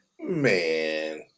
Man